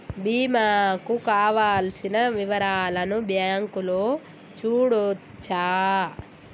బీమా కు కావలసిన వివరాలను బ్యాంకులో చూడొచ్చా?